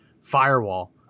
firewall